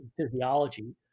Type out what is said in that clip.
physiology